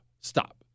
Stop